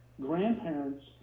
grandparents